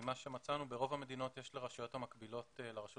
מצאנו שברוב המדינות יש לרשויות המקבילות לרשות